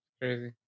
Crazy